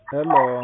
Hello